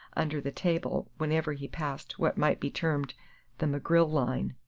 under the table, whenever he passed what might be termed the mcgrill line.